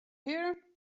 here